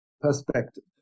perspective